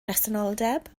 presenoldeb